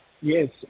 Yes